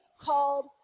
called